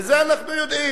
ואת זה אנחנו יודעים.